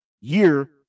year